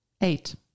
Eight